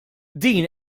din